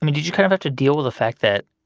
um did you kind of have to deal with the fact that,